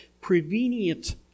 prevenient